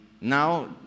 now